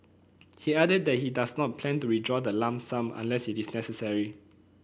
he added that he does not plan to withdraw the lump sum unless it is necessary